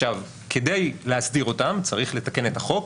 עכשיו כדי להסדיר אותם צריך לתקן את החוק,